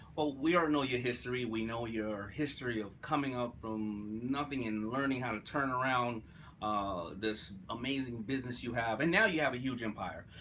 ah we already ah know your history, we know your history of coming up from nothing and learning how to turn around this amazing business you have, and now you have a huge empire,